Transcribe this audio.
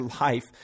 life